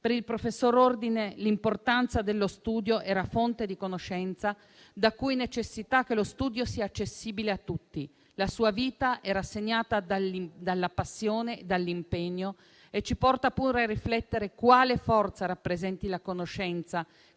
Per il professor Ordine l'importanza dello studio era fonte di conoscenza; da qui la necessità che lo studio sia accessibile a tutti. La sua vita era segnata dalla passione e dall'impegno. Ciò ci porta a riflettere su quale forza rappresenti la conoscenza,